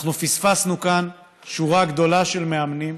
אנחנו פספסנו כאן שורה גדולה של מאמנים